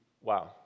wow